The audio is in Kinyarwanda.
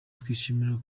twishimira